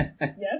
yes